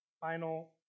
final